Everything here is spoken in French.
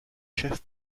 chef